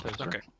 okay